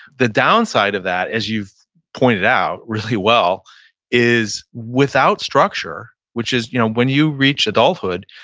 the downside of that as you've pointed out really well is without structure, which is you know when you reach adulthood,